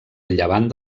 llevant